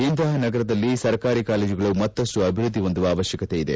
ಇಂತಹ ನಗರದಲ್ಲಿ ಸರ್ಕಾರಿ ಕಾಲೇಜುಗಳು ಮತ್ತಷ್ಟು ಅಭಿವೃದ್ಧಿ ಹೊಂದುವ ಅವಶ್ಯಕತೆ ಇದೆ